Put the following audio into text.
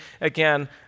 again